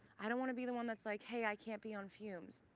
i don't wanna be the one that's like, hey, i can't be on fumes.